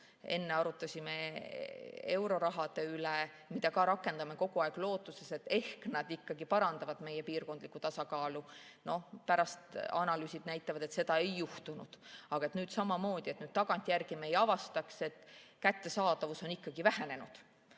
Enne arutasime eurorahade üle, mida me ka rakendame kogu aeg lootuses, et ehk need ikkagi parandavad meie piirkondlikku tasakaalu. Pärast analüüsid näitavad, et seda ei juhtunud. [Loodame], et me nüüd tagantjärgi ei avasta, et kättesaadavus on ikkagi vähenenud.